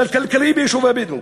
כלכליים ביישובים הבדואיים.